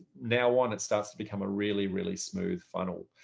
now, one, it starts to become a really, really smooth funnel.